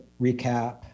recap